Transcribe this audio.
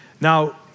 Now